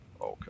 Okay